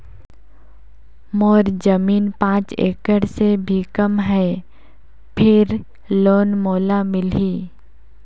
मोर जमीन पांच एकड़ से भी कम है फिर लोन मोला मिलही?